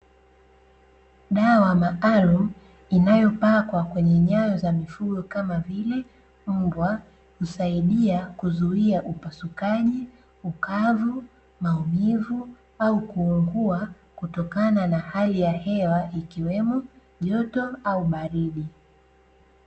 Dawa maalumu inayopakwa kwenye nyayo za mifugo kama vile mbwa husaidia kuzuia upasukaji, ukavu, maumivu au kuuguaa kutokana na hali ya hewa ikiwemo joto au baridi.